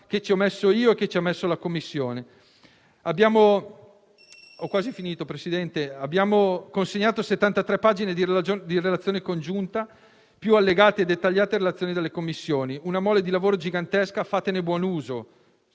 che ci ho messo io e ci ha messo la Commissione. Abbiamo consegnato 73 pagine di relazione congiunta, più allegati e dettagliate relazioni delle Commissioni. Si tratta di una mole di lavoro gigantesca; auspico